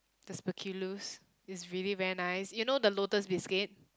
the speculoos it's really very nice you know the Lotus biscuit